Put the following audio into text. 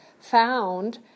found